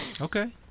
Okay